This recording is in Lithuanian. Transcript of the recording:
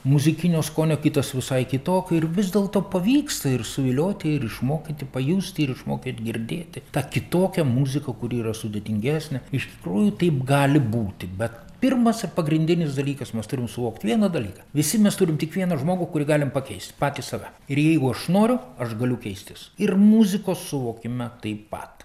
muzikinio skonio kitas visai kitokio ir vis dėlto pavyksta ir suvilioti ir išmokyti pajusti ir išmokyt girdėti tą kitokią muziką kuri yra sudėtingesnė iš tikrųjų taip gali būti bet pirmas ir pagrindinis dalykas mes turim suvokt vieną dalyką visi mes turim tik vieną žmogų kurį galim pakeist patį save ir jeigu aš noriu aš galiu keistis ir muzikos suvokime taip pat